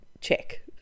Check